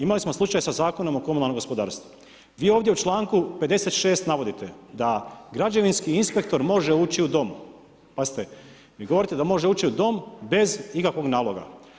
Imali smo slučaj sa Zakonom o komunalnom gospodarstvu, vi ovdje u članku 56. navodite da građevinski inspektor može ući u dom, pazite, vi govorite da može bez ikakvog naloga.